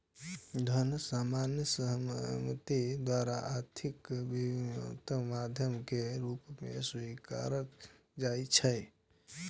धन सामान्य सहमति द्वारा आर्थिक विनिमयक माध्यम के रूप मे स्वीकारल जाइ छै